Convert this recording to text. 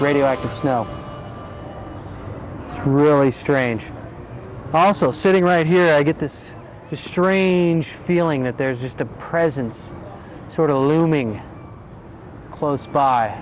radioactive snow it's really strange also sitting right here i get this strange feeling that there's just a presence sort of looming close by